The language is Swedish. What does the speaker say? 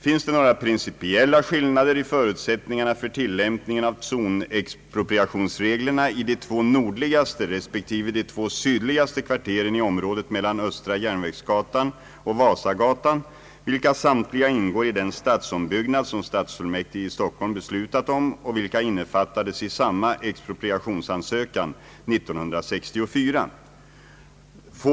Finns det några principiella skillnader i förutsättningarna för tillämpningen av zonexpropriationsreglerna i de två nordligaste respektive de två sydligaste kvarteren i området mellan Östra Järnvägsgatan och Vasagatan, vilka samtliga ingår i den stadsombyggnad som stadsfullmäktige i Stockholm beslutat om och vilka innefattades i samma expropriationsansökan 1964? 2.